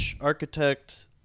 architect